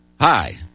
Hi